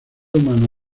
humana